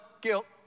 guilt